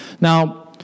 Now